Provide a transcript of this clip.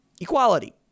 equality